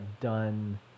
done